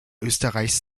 österreichs